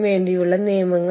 ഇപ്പോൾ ഇതാണ് ഡയഗ്രം